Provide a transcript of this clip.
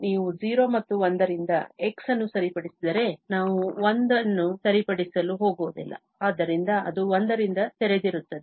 ನೀವು 0 ಮತ್ತು 1 ರಿಂದ x ಅನ್ನು ಸರಿಪಡಿಸಿದರೆ ನಾವು 1 ಅನ್ನು ಸೇರಿಸಲು ಹೋಗುವುದಿಲ್ಲ ಆದ್ದರಿಂದ ಅದು 1 ರಿಂದ ತೆರೆದಿರುತ್ತದೆ